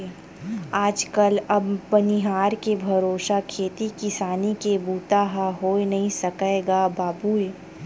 आज कल अब बनिहार के भरोसा खेती किसानी के बूता ह होय नइ सकय गा बाबूय